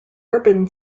urban